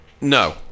no